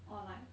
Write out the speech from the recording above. or like